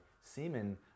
semen